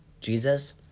Jesus